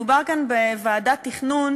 מדובר כאן בוועדת תכנון